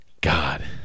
God